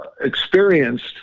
experienced